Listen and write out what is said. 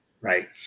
right